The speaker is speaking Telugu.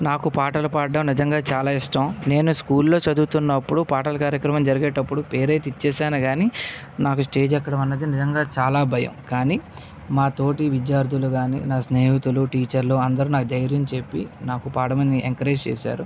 నాకు పాటలు పాడటం నిజంగా చాలా ఇష్టం నేను స్కూల్లో చదువుతున్నప్పుడు పాటల కార్యక్రమం జరిగేటప్పుడు పేరైతే ఇచ్చి వేసాను కానీ నాకు స్టేజ్ ఎక్కడం అనేది నిజంగా చాలా భయం కానీ మా తోటి విద్యార్థులు కానీ నా స్నేహితులు టీచర్లు అందరూ నాకు ధైర్యం చెప్పి నాకు పాడమని ఎంకరేజ్ చేశారు